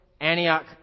Antioch